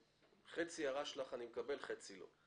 חצי הערה שלך אני מקבל וחצי לא.